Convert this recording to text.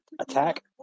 attack